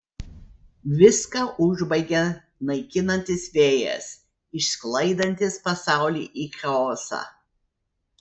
viską užbaigia naikinantis vėjas išsklaidantis pasaulį į chaosą